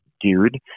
dude